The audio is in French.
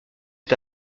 est